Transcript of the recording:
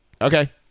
okay